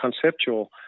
conceptual